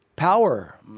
Power